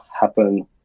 happen